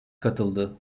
katıldı